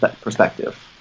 perspective